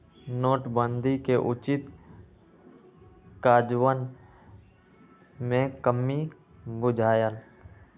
नोटबन्दि के उचित काजन्वयन में कम्मि बुझायल